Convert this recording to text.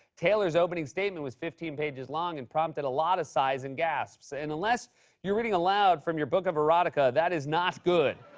taylor's opening statement was fifteen pages long and prompted a lot of sighs and gasps. and unless you're reading aloud from your book of erotica, that is not good.